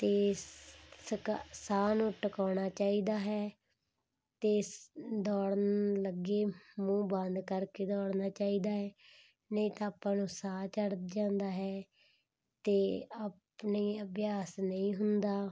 ਅਤੇ ਸਕਾ ਸਾਹ ਨੂੰ ਟਿਕਾਉਣਾ ਚਾਹੀਦਾ ਹੈ ਅਤੇ ਇਸ ਦੌੜਨ ਲੱਗੇ ਮੂੰਹ ਬੰਦ ਕਰਕੇ ਦੌੜਨਾ ਚਾਹੀਦਾ ਹੈ ਨਹੀਂ ਤਾਂ ਆਪਾਂ ਨੂੰ ਸਾਹ ਚੜ ਜਾਂਦਾ ਹੈ ਅਤੇ ਆਪਣੇ ਅਭਿਆਸ ਨਹੀਂ ਹੁੰਦਾ